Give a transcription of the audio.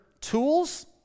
tools